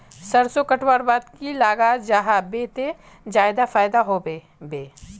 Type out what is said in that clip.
सरसों कटवार बाद की लगा जाहा बे ते ज्यादा फायदा होबे बे?